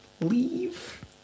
leave